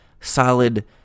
solid